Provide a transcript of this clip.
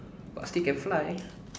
but still can fly